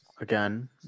again